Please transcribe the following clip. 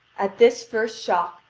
at this first shock,